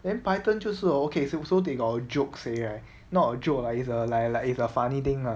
then python 就是 orh okay so so take or jokes a right no joke lah it's like like if a funny thing lah